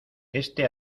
este